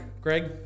Greg